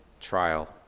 trial